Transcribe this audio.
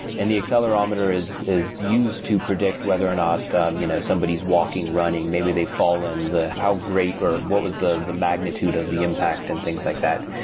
and the accelerometer is is used to predict whether or not um you know somebody's walking, running, maybe they fall in the how great, or what was the the magnitude of the impact and things like that?